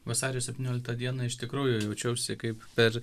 vasario septynioliktą dieną iš tikrųjų jaučiausi kaip per